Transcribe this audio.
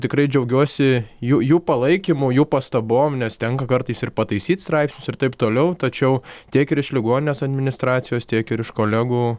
tikrai džiaugiuosi jų jų palaikymu jų pastabom nes tenka kartais ir pataisyt straipsnius ir taip toliau tačiau tiek ir iš ligoninės administracijos tiek ir iš kolegų